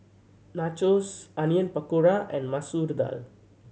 Nachos Onion Pakora and Masoor Dal